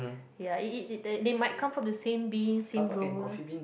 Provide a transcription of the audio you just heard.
ya it it they might come from the same being same brewer